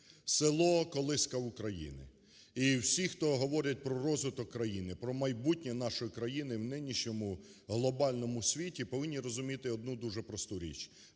Село – колиска України, і всі, хто говорять про розвиток країни, про майбутнє нашої країни у нинішньому глобальному світі, повинні розуміти одну дуже просту річ: